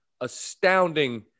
astounding